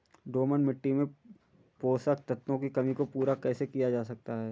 दोमट मिट्टी में पोषक तत्वों की कमी को पूरा कैसे किया जा सकता है?